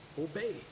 obey